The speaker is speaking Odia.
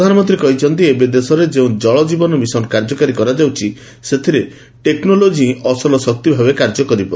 ପ୍ରଧାନମନ୍ତ୍ରୀ କହିଛନ୍ତି ଏବେ ଦେଶରେ ଯେଉଁ ଜଳ ଜୀବନ ମିଶନ କାର୍ଯ୍ୟକାରୀ କରାଯାଉଛି ସେଥିରେ ଟେକ୍ନୋଲୋଜି ହିଁ ଅସଲ ଶକ୍ତି ଭାବେ କାର୍ଯ୍ୟ କରିବ